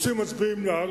רוצים, מצביעים בעד.